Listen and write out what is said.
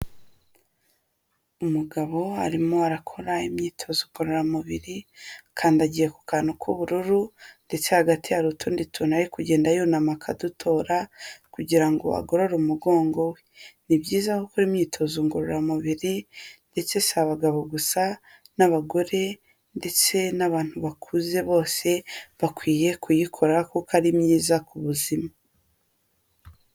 Umugabo arimo arakora imyitozo ngororamubiri, akandagiye ku kantu k'ubururu ndetse hagati hari utundi tuntu ari kugenda yunama akadutora kugira ngo agorore umugongo we. Ni byiza gukora imyitozo ngororamubiri ndetse si abagabo gusa n'abagore ndetse n'abantu bakuze bose, bakwiye kuyikora kuko ari myiza ku buzima.